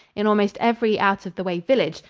in almost every out-of-the-way village,